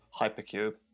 hypercube